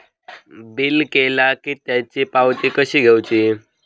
Bill केला की त्याची पावती कशी घेऊची?